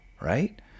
right